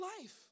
life